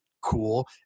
cool